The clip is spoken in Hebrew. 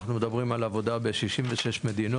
אנחנו מדברים על עבודה ב-66 מדינות,